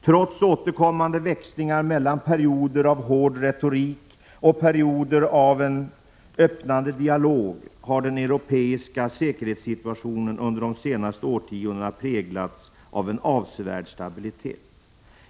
Trots återkommande växlingar mellan perioder av hård retorik och perioder av en öppnare dialog har den europeiska säkerhetssituationen under de senaste årtiondena präglats av en avsevärd stabilitet.